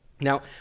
now